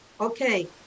Okay